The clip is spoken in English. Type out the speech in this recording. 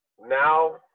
now